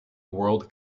world